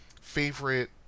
favorite